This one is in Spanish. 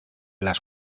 las